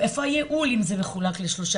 איפה הייעול אם זה מחולק לשלושה,